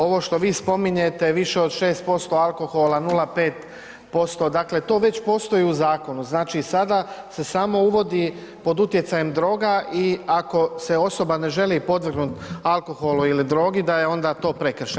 Ovo što vi spominjete više od 6% alkohola, 0,5% dakle to već postoji u zakonu, znači sada se samo uvodi pod utjecajem droga i ako se osoba ne želi podvrgnut alkoholu ili drogi da je to prekršaj.